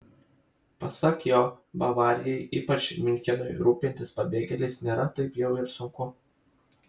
pasak jo bavarijai ypač miunchenui rūpintis pabėgėliais nėra taip jau ir sunku